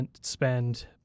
spend